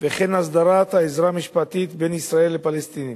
וכן הסדרת העזרה המשפטית בין ישראל לפלסטינים.